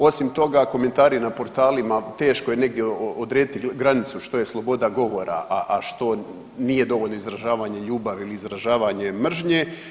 Osim toga, komentari na portalima, teško je negdje odrediti granicu što je sloboda govora, a što nije dovoljno izražavanje ljubavi ili izražavanje mržnje.